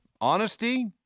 honesty